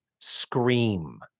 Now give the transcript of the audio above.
scream